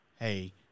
hey